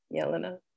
Yelena